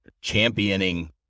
championing